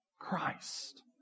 Christ